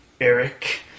Eric